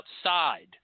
outside